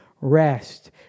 rest